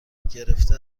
گرفته